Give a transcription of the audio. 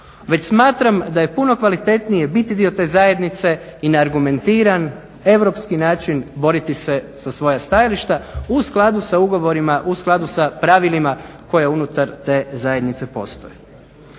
već smatram da je puno kvalitetnije biti dio te zajednice i na argumentiran europski način boriti se za svoja stajališta u skladu sa ugovorima, u skladu sa pravilima koja unutar te zajednice postoje.